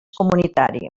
comunitari